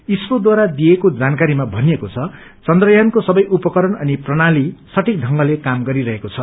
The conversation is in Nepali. इसरोढारा दिइएको जानकारीमा भनिएको छ चन्द्रयानको सबै उपकरण अनि प्रणाली सठीक ढंगले काम गरीरहेको छ